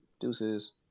deuces